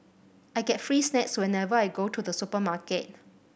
I get free snacks whenever I go to the supermarket